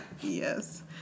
Yes